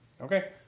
Okay